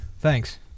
Thanks